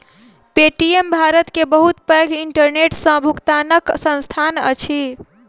Paytm Bharat के बहुत पैघ इंटरनेट सॅ भुगतनाक संस्थान अछि